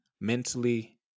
mentally